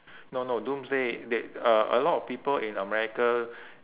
no no doomsday they a a lot of people in america